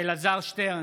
אלעזר שטרן,